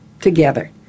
together